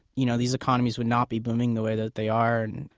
you know these economies would not be booming the way that they are. and